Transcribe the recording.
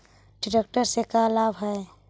Tractor से का लाभ है?